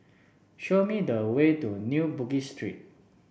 show me the way to New Bugis Street